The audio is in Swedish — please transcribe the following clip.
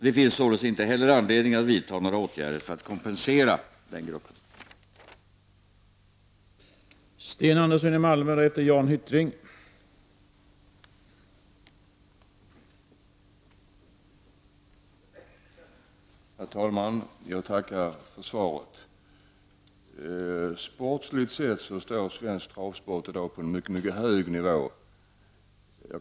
Det finns således inte heller anledning att vidta några åtgärder för att kompensera denna grupp.